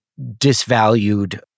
disvalued